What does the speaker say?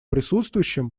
присутствующим